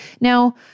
Now